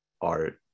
art